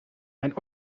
mijn